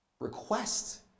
Request